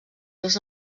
les